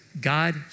God